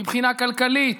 מבחינה כלכלית,